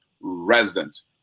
residents